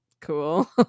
cool